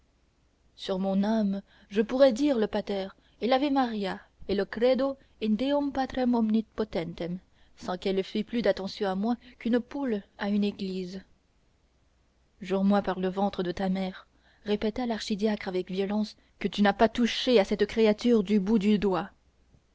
sur mon âme je pourrais dire le pater et l'ave maria et le credo in deum patrem omnipotentem sans qu'elle fît plus d'attention à moi qu'une poule à une église jure-moi par le ventre de ta mère répéta l'archidiacre avec violence que tu n'as pas touché à cette créature du bout du doigt